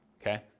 okay